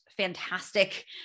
Fantastic